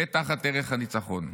זה תחת ערך הניצחון.